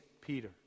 Peter